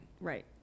right